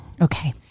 okay